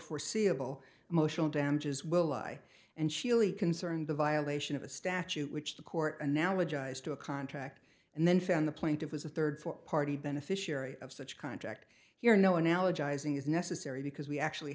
foreseeable emotional damages will lie and surely concerned the violation of a statute which the court analogize to a contract and then found the plaintiff was a third for party beneficiary of such contract here no analogizing is necessary because we actually